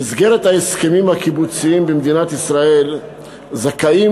במסגרת ההסכמים הקיבוציים במדינת ישראל זכאים